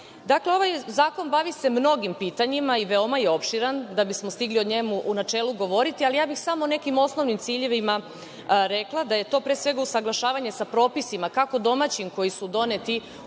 radova. Dakle, ovaj zakon bavi se mnogim pitanjima i veoma je opširan da bismo stigli o njemu u načelu govoriti, ali ja bih samo o nekim osnovnim ciljevima rekla da je to, pre svega, usaglašavanje sa propisima, kako domaćim koji su doneti u